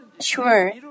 sure